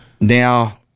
now